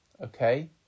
Okay